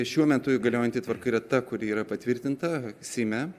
šiuo metu įgaliojanti tvarka yra ta kuri yra patvirtinta seime